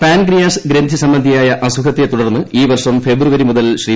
pancreas ഗ്രന്ഥി സംബന്ധിയായ അസുഖത്തെത്തുടർന്ന് ഈ വർഷം ഫെബ്രുവരി മുതൽ ശ്രീ